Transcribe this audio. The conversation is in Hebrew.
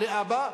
או לאבא,